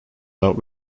out